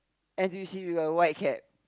N_T_U_C we got white cap